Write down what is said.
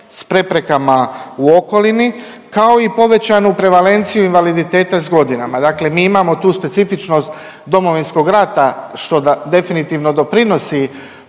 s preprekama u okolini, kao i povećanu prevalenciju invaliditeta s godinama. Dakle mi imamo tu specifičnost Domovinskog rata, što definitivno doprinosi